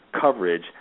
coverage